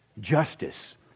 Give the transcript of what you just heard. justice